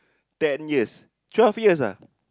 ten years twelve years ah